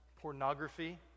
pornography